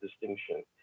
distinction